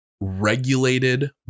regulated